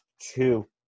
two